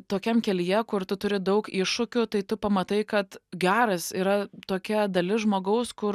tokiam kelyje kur tu turi daug iššūkių tai tu pamatai kad geras yra tokia dalis žmogaus kur